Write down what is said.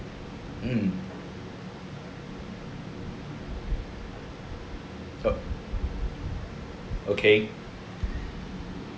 mm uh okay